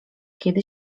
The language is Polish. kiedy